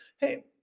Hey